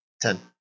Ten